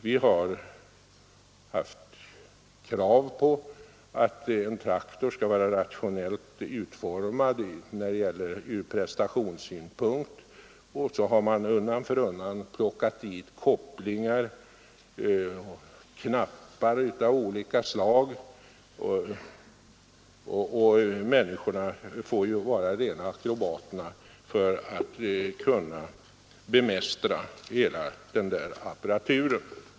Vi har haft krav på att en traktor skall vara rationellt utformad från prestationssynpunkt; undan för undan har man plockat dit kopplingar och knappar av olika slag, och människorna får vara rena akrobater för att kunna bemästra hela apparaturen.